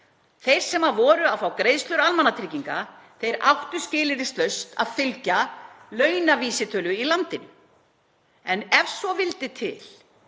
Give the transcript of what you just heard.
Þeir sem voru að fá greiðslur almannatrygginga áttu skilyrðislaust að fylgja launavísitölu í landinu. En ef svo vildi til